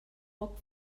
poc